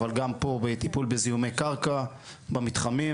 אבל גם פה בטיפול בזיהומי קרקע במתחמים,